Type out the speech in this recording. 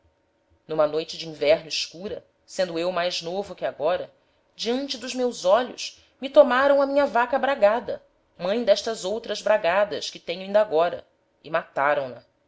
n'uma noite de inverno escura sendo eu mais novo que agora diante dos meus olhos me tomaram a minha vaca bragada mãe d'est'outras bragadas que tenho'inda